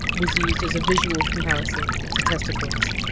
was used as a visual comparison to testicles,